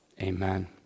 Amen